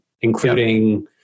including